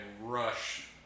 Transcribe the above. rush